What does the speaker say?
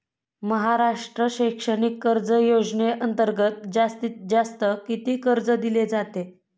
महाराष्ट्र शैक्षणिक कर्ज योजनेअंतर्गत जास्तीत जास्त किती कर्ज दिले जाते?